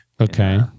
Okay